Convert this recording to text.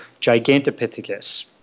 Gigantopithecus